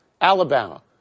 Alabama